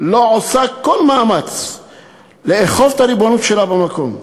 לא עושה כל מאמץ לאכוף את הריבונות שלה במקום.